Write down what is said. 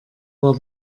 war